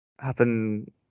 happen